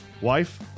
wife